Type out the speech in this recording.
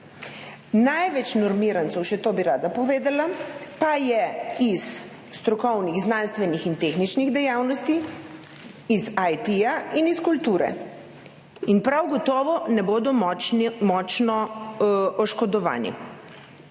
Največ normirancev, še to bi rada povedala, pa je iz strokovnih, znanstvenih in tehničnih dejavnosti, iz IT in iz kulture in prav gotovo ne bodo močno oškodovani.